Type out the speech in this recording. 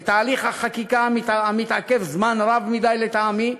את הליך החקיקה, המתעכב זמן רב מדי לטעמי,